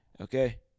Okay